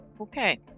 Okay